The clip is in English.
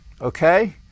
okay